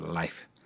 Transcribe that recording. life